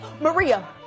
Maria